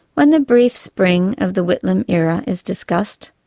when the brief spring of the whitlam era is discussed,